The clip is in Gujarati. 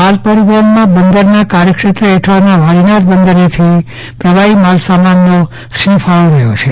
માલ પરિવહનમાં બંદરમાં કાર્યક્ષેત્રહેઠળના વાડીનાર બંદરેથી પ્રવાહી માલ સામાનનોસિંહફાળો રહ્યો છે